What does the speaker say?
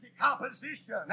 composition